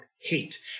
hate